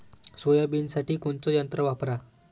सोयाबीनसाठी कोनचं यंत्र वापरा?